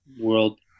world